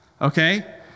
okay